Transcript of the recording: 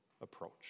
approach